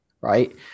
Right